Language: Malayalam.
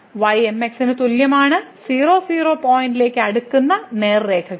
y mx ന് തുല്യമാണ് 00 പോയിന്റിലേക്ക് അടുക്കുന്ന നേർരേഖകൾ